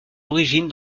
origines